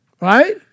Right